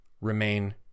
remain